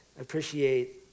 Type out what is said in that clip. appreciate